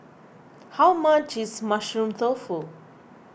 how much is Mushroom Tofu